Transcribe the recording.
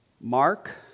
Mark